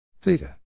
theta